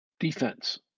defense